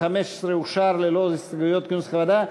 15 אושר ללא הסתייגויות, כנוסח הוועדה.